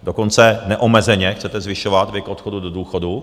Dokonce neomezeně chcete zvyšovat věk odchodu do důchodu.